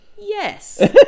yes